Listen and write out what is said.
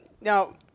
now